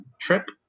trip